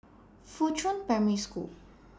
Fuchun Primary School